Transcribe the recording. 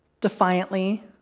defiantly